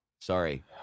Sorry